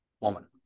woman